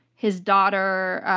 his daughter,